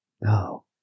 No